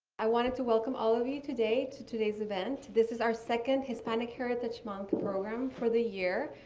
i wanted to welcome all of you today to today's event. this is our second hispanic heritage month program for the year.